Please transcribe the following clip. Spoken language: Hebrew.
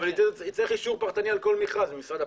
אבל היא תצטרך אישור פרטני על כל מכרז ממשרד הפנים.